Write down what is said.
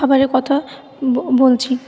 খাবারের কথা বলছি